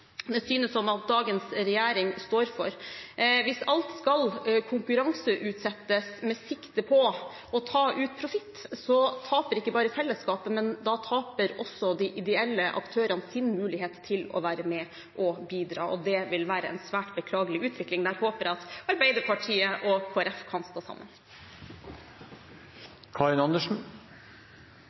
det synes som om dagens regjering står for. Hvis alt skal konkurranseutsettes med sikte på å ta ut profitt, taper ikke bare fellesskapet, da taper også de ideelle aktørene sin mulighet til å være med og bidra. Det vil være en svært beklagelig utvikling. Der håper jeg at Arbeiderpartiet og Kristelig Folkeparti kan stå sammen.